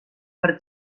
per